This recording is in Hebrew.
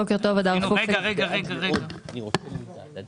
היה הסבר.